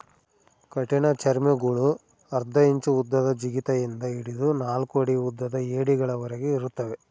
ಕಠಿಣಚರ್ಮಿಗುಳು ಅರ್ಧ ಇಂಚು ಉದ್ದದ ಜಿಗಿತ ಇಂದ ಹಿಡಿದು ನಾಲ್ಕು ಅಡಿ ಉದ್ದದ ಏಡಿಗಳವರೆಗೆ ಇರುತ್ತವೆ